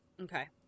Okay